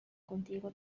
contigo